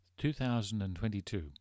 2022